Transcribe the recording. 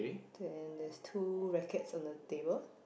then there's two rackets on the table